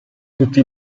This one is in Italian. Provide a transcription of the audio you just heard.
tutti